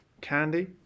candy